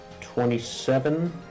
Twenty-seven